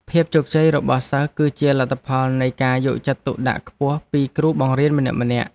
ភាពជោគជ័យរបស់សិស្សគឺជាលទ្ធផលនៃការយកចិត្តទុកដាក់ខ្ពស់ពីគ្រូបង្រៀនម្នាក់ៗ។